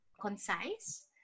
concise